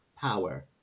power